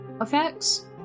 effects